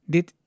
Dit